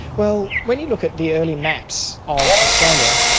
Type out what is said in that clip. well, when you look at the early maps of australia,